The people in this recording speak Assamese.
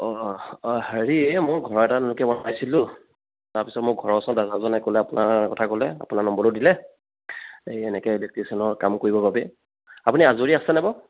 অ অ হেৰি এ মোৰ ঘৰ এটা নতুনকৈ বনাইছিলোঁ তাৰপিছত মোৰ ঘৰৰ ওচৰৰ দাদাজনে ক'লে আপোনাৰ কথা ক'লে আপোনা নম্বৰটো দিলে এই এনেকৈ ইলেক্টিছিয়ানৰ কাম কৰিবৰ বাবে আপুনি আজৰি আছেনে বাৰু